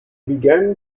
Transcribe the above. began